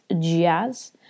jazz